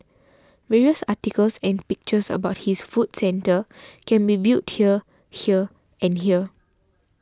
various articles and pictures about this food centre can be viewed here here and here